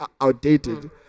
outdated